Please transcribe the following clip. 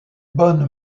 bonnes